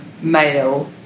male